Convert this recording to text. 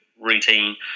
routine